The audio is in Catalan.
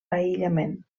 aïllament